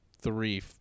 three